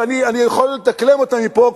אני יכול לדקלם אותן מפה,